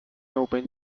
opened